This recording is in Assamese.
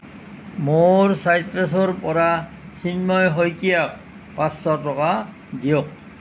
মোৰ চাইট্ৰাছৰ পৰা চিন্ময় শইকীয়াক পাঁচশ টকা দিয়ক